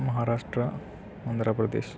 Maharashtra Andhra Pradesh